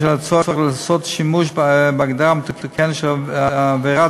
בשל הצורך לעשות שימוש בהגדרה המתוקנת של עבירת